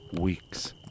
weeks